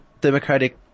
democratic